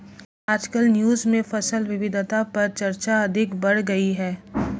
आजकल न्यूज़ में फसल विविधता पर चर्चा अधिक बढ़ गयी है